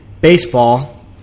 baseball